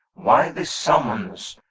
why this summons?